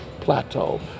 plateau